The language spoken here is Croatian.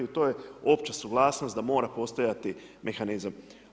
To je opća suglasnost da mora postojati mehanizam.